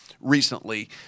recently